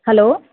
hello